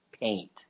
paint